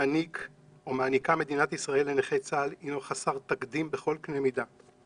שמעניקה מדינת ישראל לנכי צה"ל הינו חסר תקדים בכל קנה מידה.